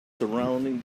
surrounding